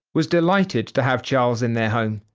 was delighted to have charles in their home.